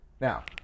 Now